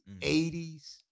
80s